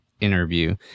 interview